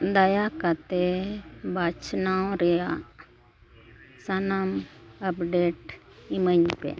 ᱫᱟᱭᱟ ᱠᱟᱛᱮᱫ ᱵᱟᱪᱷᱱᱟᱣ ᱨᱮᱱᱟᱜ ᱥᱟᱱᱟᱢ ᱟᱯᱰᱮᱴ ᱤᱢᱟᱹᱧᱯᱮ